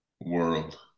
world